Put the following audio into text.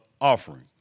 offering